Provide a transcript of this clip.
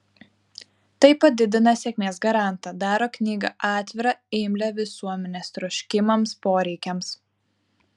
tai padidina sėkmės garantą daro knygą atvirą imlią visuomenės troškimams poreikiams